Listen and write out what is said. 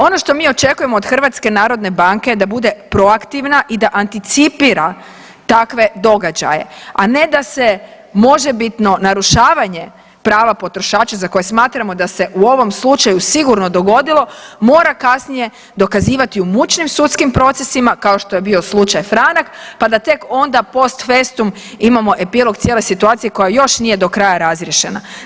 Ono što mi očekujemo od HNB-a je da bude proaktivna i da anticipira takve događaje, a ne da se možebitno narušavanje prava potrošača za koje smatramo da se u ovom slučaju sigurno dogodilo mora kasnije dokazivati u mučnim sudskim procesima kao što je bio slučaj Franak, pa da tek onda post festum imamo epilog cijele situacije koja još nije do kraja razriješena.